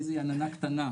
איזה עננה קטנה,